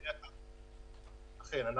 אכן,